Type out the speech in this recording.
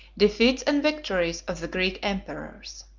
defeats and victories of the greek emperors.